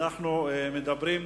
אנחנו מדברים,